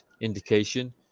indication